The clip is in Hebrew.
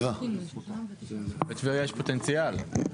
לטבריה יש פוטנציאל.